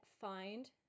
find